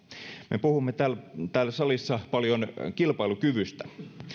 me puhumme täällä täällä salissa paljon kilpailukyvystä